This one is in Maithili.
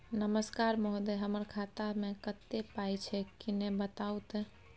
नमस्कार महोदय, हमर खाता मे कत्ते पाई छै किन्ने बताऊ त?